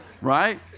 right